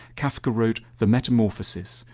kafka wrote the metamorphosis,